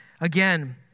Again